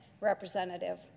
Representative